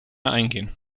eingehen